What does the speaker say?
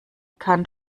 kann